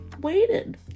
waited